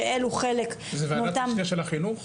שאלו חלק מאותם -- זה ועדת משנה של החינוך?